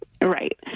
right